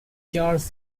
church